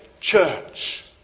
church